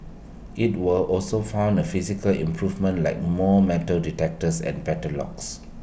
IT will also fund the physical improvements like more metal detectors and better locks